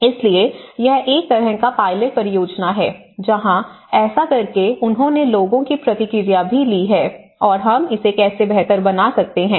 इसलिए यह एक तरह का पायलट परियोजना है जहां ऐसा करके उन्होंने लोगों की प्रतिक्रिया भी ली है और हम इसे कैसे बेहतर बना सकते हैं